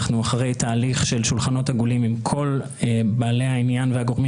אנחנו אחרי תהליך של שולחנות עגולים עם כל בעלי העניין והגורמים